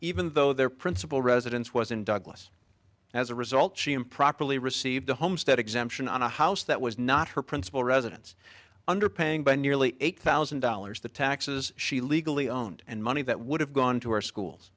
even though their principal residence was in douglas as a result she improperly received a homestead exemption on a house that was not her principal residence underpaying by nearly eight thousand dollars the taxes she legally own and money that would have gone to our schools